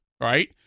right